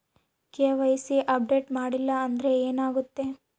KYC update ಮಾಡಿಲ್ಲ ಅಂದ್ರೆ ಏನಾಗುತ್ತೆ?